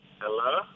Hello